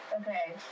Okay